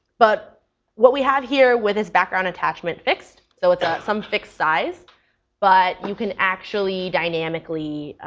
but what we have here with his background attachment fixed so it's some fixed size but you can actually dynamically